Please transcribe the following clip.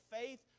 faith